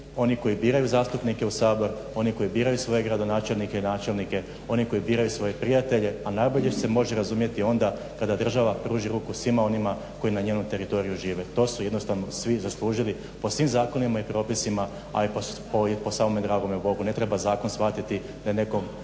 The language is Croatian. oni koji biraju zastupnike u Sabor, oni koji biraju svoje gradonačelnike i načelnike, oni koji biraju svoje prijatelje, a najbolje se može razumjeti onda kada država pruži ruku svima onima koji na njenom teritoriju žive. To su jednostavno svi zaslužili po svim zakonima i propisima, a i po samome dragome Bogu. Ne treba zakon shvatiti da je nekom